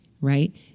Right